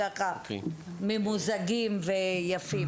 ולראות באיזה תנאים נמצאים הילדים האלה ומה מצב הגנים והמעונות יום.